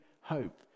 hope